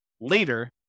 later